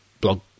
blog